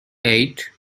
eight